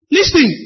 Listen